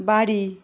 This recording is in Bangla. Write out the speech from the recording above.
বাড়ি